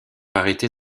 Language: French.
arrêter